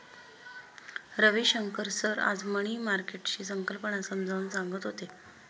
Ravishankar sir आज money मार्केटची संकल्पना समजावून सांगत होते